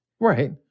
Right